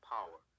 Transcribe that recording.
Power